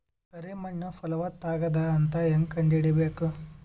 ಕರಿ ಮಣ್ಣು ಫಲವತ್ತಾಗದ ಅಂತ ಹೇಂಗ ಕಂಡುಹಿಡಿಬೇಕು?